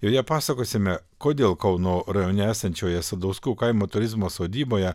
joje pasakosime kodėl kauno rajone esančioje sadauskų kaimo turizmo sodyboje